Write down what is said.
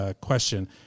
question